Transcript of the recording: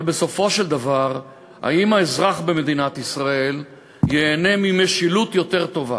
אבל בסופו של דבר האם האזרח במדינת ישראל ייהנה ממשילות יותר טובה?